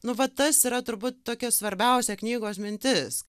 nu va tas yra turbūt tokia svarbiausia knygos mintis